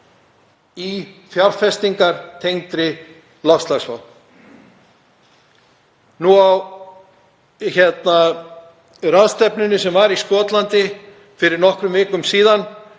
í fjárfestingar tengdar loftslagsvá. Á ráðstefnunni sem var í Skotlandi fyrir nokkrum vikum síðan